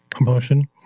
emotion